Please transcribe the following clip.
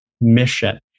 mission